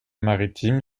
maritimes